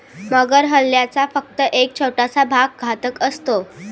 मगर हल्ल्याचा फक्त एक छोटासा भाग घातक असतो